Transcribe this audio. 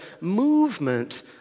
movement